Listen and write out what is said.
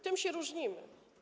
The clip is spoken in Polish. Tym się różnimy.